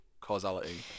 causality